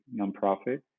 nonprofit